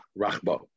rachbo